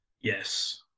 yes